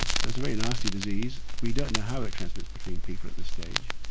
and so it's a very nasty disease we don't know how it transmits between people at this stage.